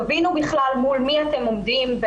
תבינו בכלל מול מי אתם בכלל עומדים,